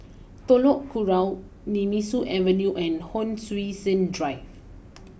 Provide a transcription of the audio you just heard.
Telok Kurau Nemesu Avenue and Hon Sui Sen Drive